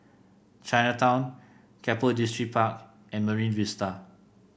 Chinatown Keppel Distripark and Marine Vista